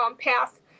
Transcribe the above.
path